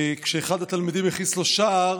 וכשאחד התלמידים הכניס לו שער,